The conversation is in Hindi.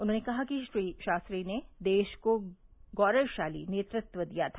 उन्होंने कहा कि श्री शास्त्री ने देश को गौरवशाली नेतृत्व दिया था